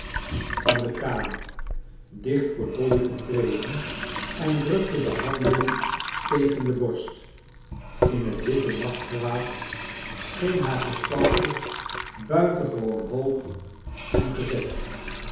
van de kamer dicht voor dolly getreden en drukte de handen tegen de borst in het witte nachtgewaad scheen haar gestalte buitengewoon hoog en gezet